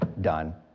Done